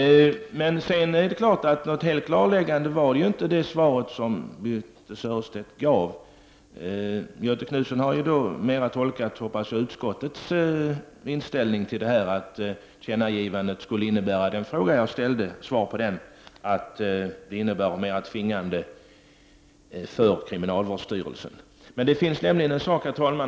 Den är kvar i Vä! Helt klarläggande var inte det svar som Birthe Sörestedt gav. Göthe Knutson har mera tolkat utskottets inställning så att tillkännagivandet skulle, som svar på den fråga jag ställde, innebära att det är tvingande för kriminalvårdsstyrelsen att fortsätta driften vid gamla anstalten.